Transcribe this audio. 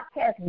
podcast